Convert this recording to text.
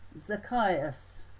Zacchaeus